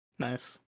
Nice